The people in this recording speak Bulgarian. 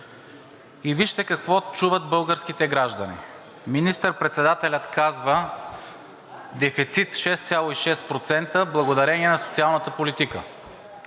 И вижте какво чуват българските граждани: министър-председателят казва: „Дефицит 6,6%, благодарение на социалната политика.